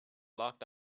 locked